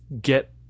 get